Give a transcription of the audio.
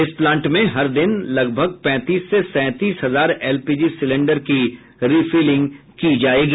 इस प्लांट में हर दिन लगभग पैंतीस से सैंतीस हजार एलपीजी सिलेंडर की रिफिलिंग होगी